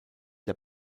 der